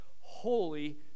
holy